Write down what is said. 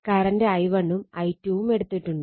current i1 ഉം i2 ഉം എടുത്തിട്ടുണ്ട്